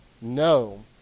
No